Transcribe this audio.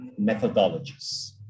methodologies